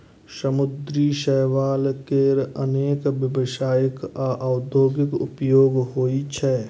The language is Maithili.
समुद्री शैवाल केर अनेक व्यावसायिक आ औद्योगिक उपयोग होइ छै